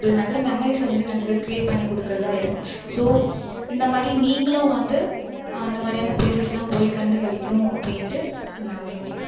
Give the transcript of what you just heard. ஒரு நல்ல மெமரிஸ்ஸை வந்து நமக்குக் கிரியேட் பண்ணிக்கொடுக்குறதாயிருக்கும் ஸோ இந்தமாதிரி நீங்களும் வந்து அந்தமாதிரியான பிளேசஸ்லாம் போய் கண்டுக்களிக்கணும் அப்படின்ட்டு நான் வேண்டி